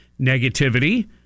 negativity